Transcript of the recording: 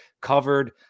covered